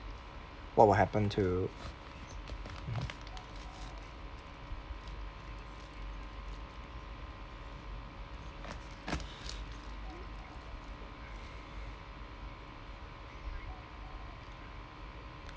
what will happen to mmhmm